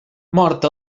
mort